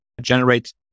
generate